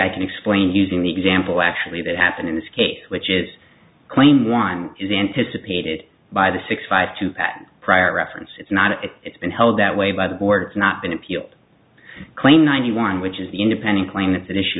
i can explain using the example actually that happened in this case which is claim one is anticipated by the six five to that prior reference it's not if it's been held that way by the board it's not been appealed claim ninety one which is the independent plaintiff that issue